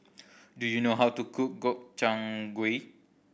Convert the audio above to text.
do you know how to cook Gobchang Gui